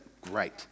Great